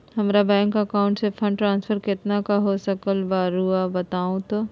हमरा bank account से fund transfer कितना का हो सकल बा रुआ बताई तो?